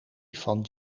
van